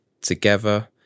together